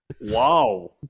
Wow